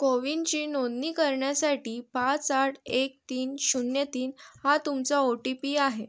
कोविनची नोंदणी करण्यासाठी पाच आठ एक तीन शून्य तीन हा तुमचा ओ टी पी आहे